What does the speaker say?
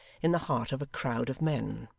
in the heart of a crowd of men.